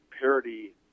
parity